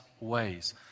ways